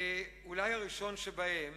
אולי הראשון שבהם